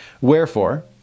Wherefore